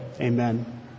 Amen